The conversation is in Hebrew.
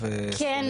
כן,